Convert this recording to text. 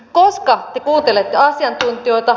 koska te kuuntelette asiantuntijoita